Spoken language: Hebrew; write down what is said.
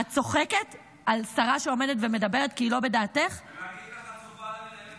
אבל גיחכת, את גיחכת, אני שואלת, מה מצחיק?